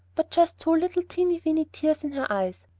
but just two little teeny-weeny tears in her eyes.